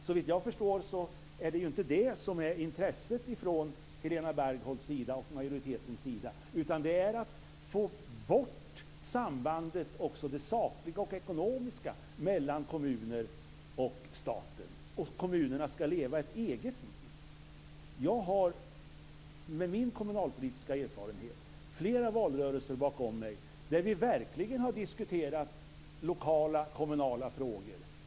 Såvitt jag förstår är det inte det som är intresset från Helena Bargholtz och majoritetens sida, utan det handlar om att få bort sambandet, också sakligt och ekonomiskt, mellan kommunerna och staten. Kommunerna ska leva ett eget liv. Med min kommunalpolitiska erfarenhet har jag bakom mig flera valrörelser där vi verkligen har diskuterat lokala kommunala frågor.